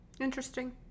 Interesting